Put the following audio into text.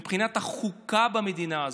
מבחינת החוקה במדינה הזאת,